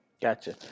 Gotcha